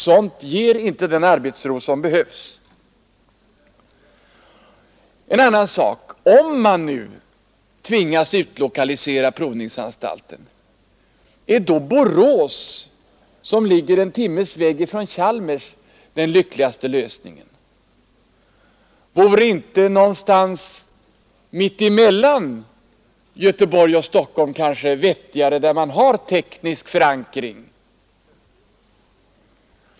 Sådant ger inte den arbetsro som behövs. En annan sak: Om man nu tvingas utlokalisera provningsanstalten, är då Borås, som ligger en timmes väg från Chalmers, den lyckligaste lösningen? Vore inte någon ort mitt emellan Göteborg och Stockholm vettigare, och då en ort där man har teknisk förankring?